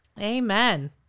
Amen